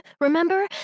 remember